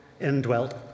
indwelt